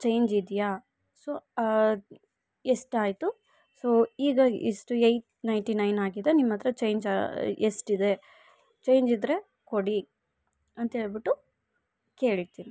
change ಇದ್ಯಾ so ಎಷ್ಟಾಯ್ತು so ಈಗ ಇಷ್ಟು ಏಯ್ಟ್ ನೈಂಟಿ ನೈನ್ ಆಗಿದೆ ನಿಮ್ಮಹತ್ರ ಚೇಂಜ್ ಎಷ್ಟಿದೆ ಚೇಂಜ್ ಇದ್ದರೆ ಕೊಡಿ ಅಂತೇಳ್ಬುಟ್ಟು ಕೇಳ್ತೀನಿ